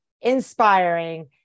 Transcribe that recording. inspiring